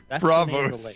Bravo